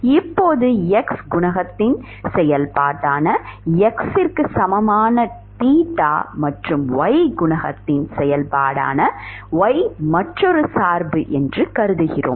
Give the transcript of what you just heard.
இப்போது x குணகத்தின் செயல்பாடான X க்கு சமமான தீட்டா மற்றும் y குணகத்தின் செயல்பாடான Y மற்றொரு சார்பு என்று கருதுகிறோம்